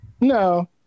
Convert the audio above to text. No